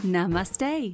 Namaste